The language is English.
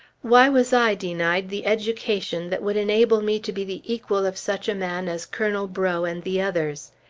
why was i denied the education that would enable me to be the equal of such a man as colonel breaux and the others?